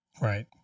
Right